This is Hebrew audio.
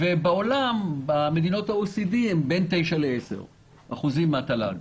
בעולם, במדינות ה-OECD זה בין 9% ל-10% מהתל"ג.